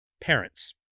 Parents